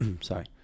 sorry